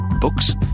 Books